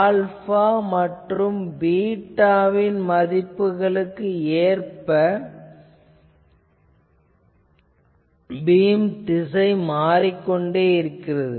alpha மற்றும் பீட்டாவின் வெவ்வேறு மதிப்புகளுக்கு ஏற்ப பீம் திசை மாறிக்கொண்டே இருக்கிறது